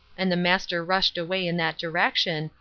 and the master rushed away in that direction,